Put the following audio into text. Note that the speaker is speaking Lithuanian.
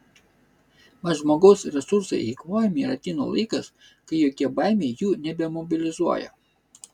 mat žmogaus resursai eikvojami ir ateina laikas kai jokia baimė jų nebemobilizuoja